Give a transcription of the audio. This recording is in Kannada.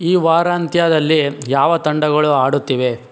ಈ ವಾರಾಂತ್ಯದಲ್ಲಿ ಯಾವ ತಂಡಗಳು ಆಡುತ್ತಿವೆ